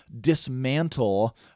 dismantle